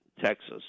Texas